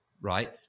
right